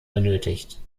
benötigt